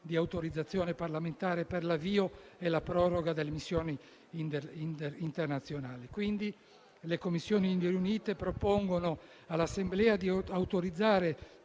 di autorizzazione parlamentare per l'avvio e la proroga delle missioni internazionali. Pertanto, le Commissioni riunite 3a e 4a propongono all'Assemblea di autorizzare